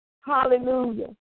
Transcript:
Hallelujah